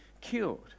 killed